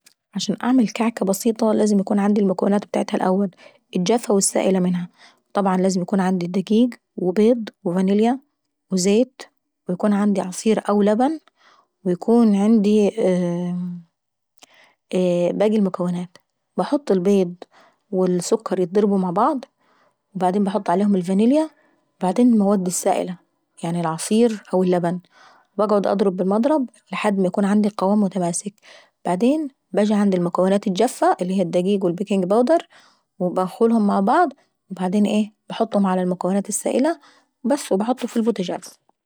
عشان نعمل كعكة بسيطة لازم يبقى عندي المكونات الأول: الجافة والسائلة. طبعا لازم يكون عيندي دقيق وبيض وفانيليا وزيت ويكون عندي عصير او لبن ويكون عندي باقي المكونات. باحط البيض والسكر يتضربو مع بعض وبعدين باحط عليهم الفانيليا وبعدين المواد السائ يعني العصير او اللبن ونقعد نضرب بالمضرب لحد ما يكون عندي القوام متماسك، وبعدين نيجي عند المكونات الجافة الدقيق والبيكنج بودر وينخلهم مع بعض ونحطهم على المكونات السائلة. بس ونحطهم في البوتاجاز.